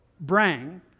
bring